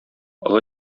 олы